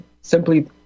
simply